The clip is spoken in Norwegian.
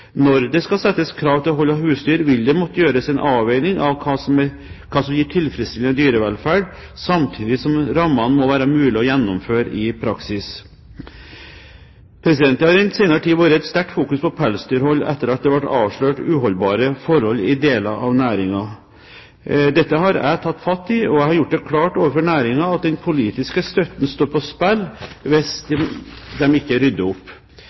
Når det skal settes krav til hold av husdyr, vil det måtte gjøres en avveining av hva som gir tilfredsstillende dyrevelferd, samtidig som rammene må være slik at det er mulig å gjennomføre dette i praksis. Det har i den senere tid vært et sterkt fokus på pelsdyrhold, etter at det ble avslørt uholdbare forhold i deler av næringen. Dette har jeg tatt fatt i, og jeg har gjort det klart overfor næringen at hvis de ikke rydder opp, står den politiske støtten på spill.